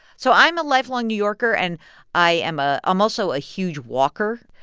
so i'm a lifelong new yorker, and i am a i'm also a huge walker.